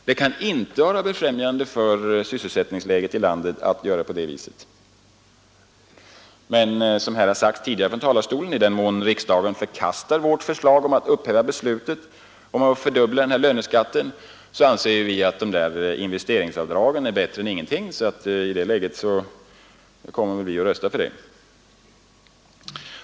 Det kan inte vara befrämjande för sys: ttningsläget i landet att göra på det viset, men, som har sagts tidigare från denna talarstol, om riksdagen förkastar vårt förslag om att upphäva beslutet om fördubbling av löneskatten, anser vi att investeringsavdragen är bättre än ingenting, varför vi i det läget kommer att rösta för dem.